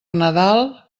nadal